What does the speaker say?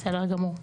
בסדר גמור.